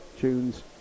tunes